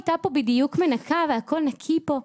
הייתה פה בדיוק מנקה והכל נקי פה.